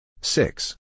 Six